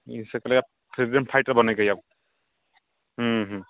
ईसभ जे यए फ्रीडम फाइटर बनैके यए ह्म्म